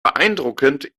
beeindruckend